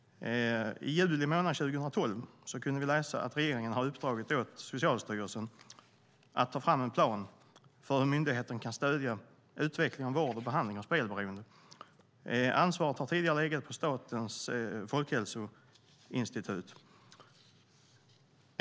I juli månad 2012 kunde vi läsa att regeringen har uppdragit åt Socialstyrelsen att ta fram en plan för hur myndigheten kan stödja utvecklingen av vård och behandling av spelberoende. Ansvaret har tidigare legat på Statens folkhälsoinstitut.